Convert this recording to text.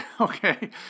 Okay